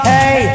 Hey